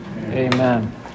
Amen